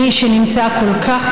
מי שנמצא כל כך,